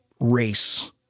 race